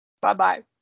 Bye-bye